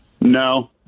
No